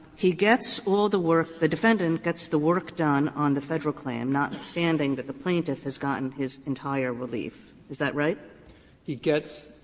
he gets all the work, the defendant gets the work done on the federal claim notwithstanding that the plaintiff has gotten his entire relief is that right? stancil he gets